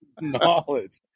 knowledge